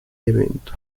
evento